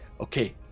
okay